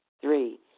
Three